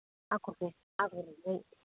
आगरखौ आगरगुबै